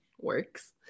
works